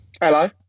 Hello